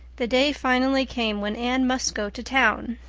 the day finally came when anne must go to town.